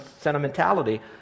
sentimentality